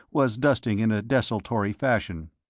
was dusting in a desultory fashion.